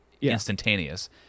instantaneous